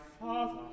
father